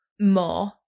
more